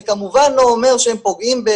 זה כמובן לא אומר שהם פוגעים,